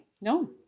No